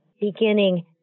beginning